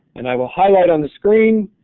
and i will highlight on the screen